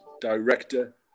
director